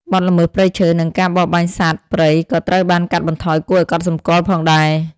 បទល្មើសព្រៃឈើ និងការបរបាញ់សត្វព្រៃក៏ត្រូវបានកាត់បន្ថយគួរឱ្យកត់សម្គាល់ផងដែរ។